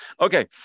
Okay